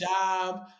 job